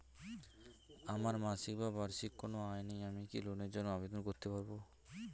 আমার মাসিক বা বার্ষিক কোন আয় নেই আমি কি লোনের জন্য আবেদন করতে পারব?